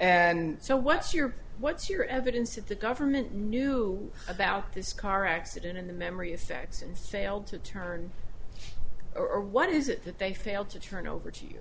and so what's your what's your evidence that the government knew about this car accident in the memory effects and failed to turn or what is it that they failed to turn over to you